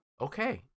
Okay